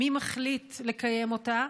2. מי מחליט לקיים אותה?